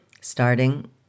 starting